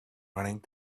running